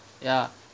ya